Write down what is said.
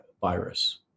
virus